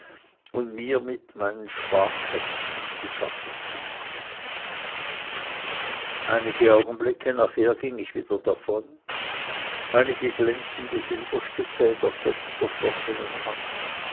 und mir mit meinem sparkästen zu schaffen zu machen einige augenblicke nachher ging ich wieder davon einige glänzende silberstücke in der festverschlossenen hand